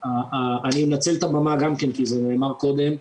אני אנצל את הבמה גם כי זה נאמר קודם.